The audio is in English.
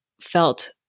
felt